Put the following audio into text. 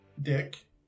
Dick